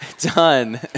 done